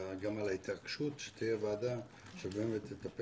וגם על ההתעקשות שתהיה ועדה שתטפל.